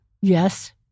Yes